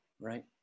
right